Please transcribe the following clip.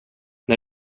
när